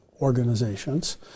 organizations